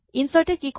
insert এ কি কৰে